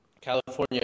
California